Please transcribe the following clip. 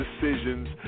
decisions